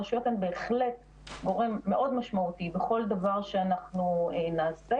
הרשויות הן בהחלט גורם מאוד משמעותי בכל דבר שאנחנו נעשה.